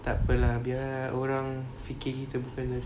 tak apa lah biar orang fikir gitu bukannya